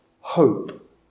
hope